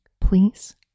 please